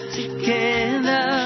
together